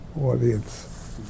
audience